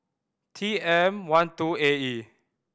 T M One two A E